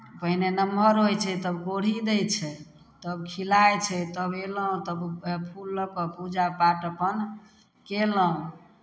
पहिने नमहर होइ छै तब कोढ़ी दै छै तब खिलाइ छै तब अयलहुँ तब फूल लऽ कऽ पूजा पाठ अपन कयलहुँ